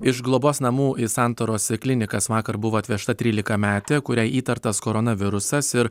iš globos namų į santaros klinikas vakar buvo atvežta trylikametė kuriai įtartas koronavirusas ir